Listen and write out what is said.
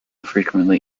frequently